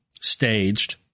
staged